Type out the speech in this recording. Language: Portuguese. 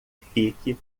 fique